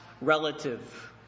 relative